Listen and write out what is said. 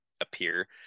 appear